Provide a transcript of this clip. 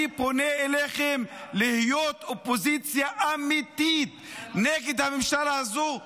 אני פונה אליכם להיות אופוזיציה אמיתית נגד הממשלה הזאת,